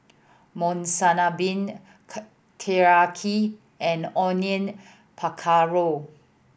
Monsunabe Teriyaki and Onion Pakora